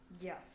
Yes